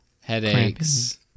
Headaches